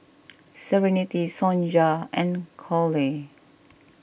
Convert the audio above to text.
Serenity Sonja and Cole